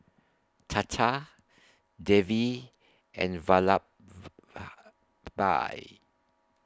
Tata Devi and